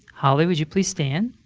holly, would you please stand?